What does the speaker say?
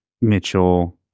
Mitchell